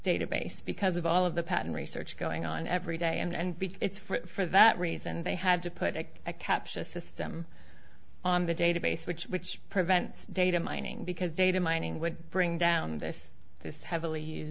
database because of all of the pattern research going on every day and it's for that reason they had to put like a captious system on the database which which prevents data mining because data mining would bring down this this heavily